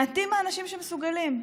מעטים האנשים שמסוגלים.